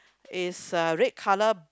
is a red colour